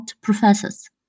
professors